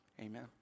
amen